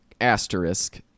Asterisk